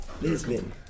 Lisbon